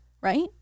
right